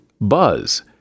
Buzz